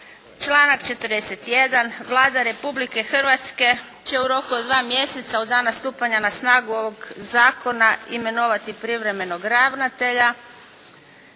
Članak 41. Vlada Republike Hrvatske će u roku od dva mjeseca od dana stupanja na snagu ovog zakona imenovati privremenog ravnatelja.